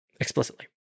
explicitly